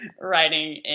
writing